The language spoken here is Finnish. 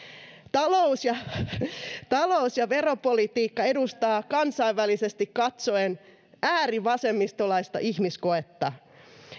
talous ja veropolitiikka edustaa kansainvälisesti katsoen äärivasemmistolaista ihmiskoetta